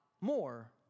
more